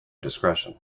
discretion